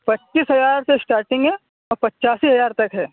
پچیس ہزار سے اسٹارٹنگ ہے اور پچاسی ہزار تک ہے